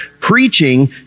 preaching